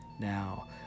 Now